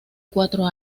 cuatro